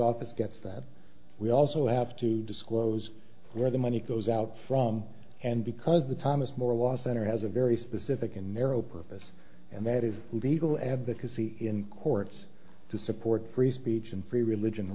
office gets that we also have to disclose where the money goes out from and because the thomas moore law center has a very specific and narrow purpose and that is who eagle advocacy in courts to support free speech and free religion